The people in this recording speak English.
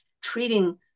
treating